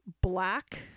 black